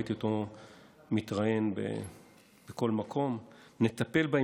ראיתי אותו מתראיין בכל מקום: נטפל בהם,